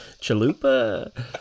Chalupa